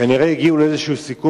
כנראה הגיעו לאיזה סיכום,